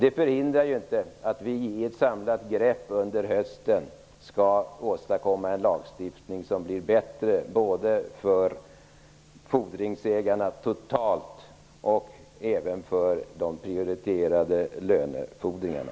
Det förhindrar inte att vi med ett samlat grepp under hösten åstadkommer en lagstiftning som blir bättre både för fordringsägarna totalt sett och även för de prioriterade lönefordringarna.